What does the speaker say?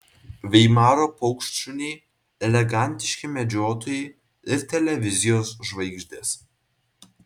veimaro paukštšuniai elegantiški medžiotojai ir televizijos žvaigždės